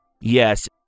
Yes